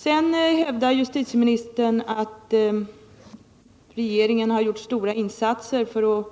Sedan hävdar justitieministern att regeringen har gjort stora insatser för att